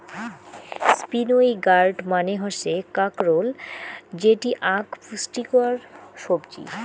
spiny gourd মানে হসে কাঁকরোল যেটি আক পুষ্টিকর সবজি